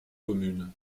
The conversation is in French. communes